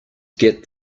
get